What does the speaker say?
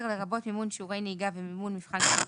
לרבות מימון שיעורי נהיגה ומימון מבחן כשירות,